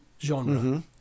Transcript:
genre